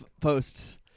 posts